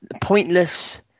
pointless